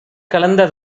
கலந்த